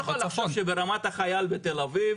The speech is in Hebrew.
אני מבין שברמת החיל בתל אביב